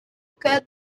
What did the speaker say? cut